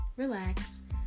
relax